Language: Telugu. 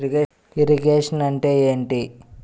ఇరిగేషన్ అంటే ఏంటీ?